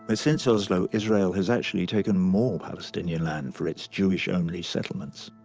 ah since oslo, israel has actually taken more palestinian land for its jewish-only settlements.